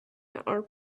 are